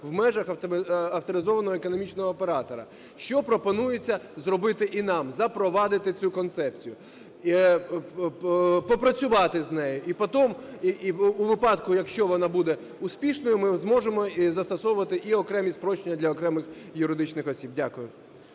в межах авторизованого економічного оператора. Що пропонується зробити і нам – запровадити цю концепцію, попрацювати з нею. І потім у випадку, якщо вона буде успішною, ми зможемо застосовувати і окремі спрощення для окремих юридичних осіб. Дякую.